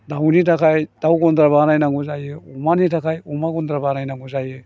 दावनि थाखाय दाव गन्द्रा बानायनांगौ जायो अमानि थाखाय अमा गन्द्रा बानायनांगौ जायो